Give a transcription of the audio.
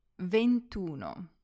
ventuno